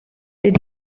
did